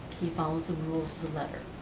he follows the rules to the letter.